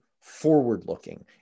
forward-looking